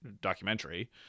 documentary